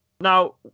Now